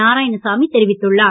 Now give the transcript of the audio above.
நாராயணசாமி தெரிவித்துள்ளார்